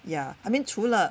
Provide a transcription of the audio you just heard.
ya I mean 除了